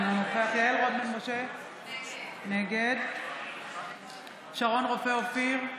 אינו נוכח יעל רון בן משה, נגד שרון רופא אופיר,